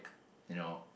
you know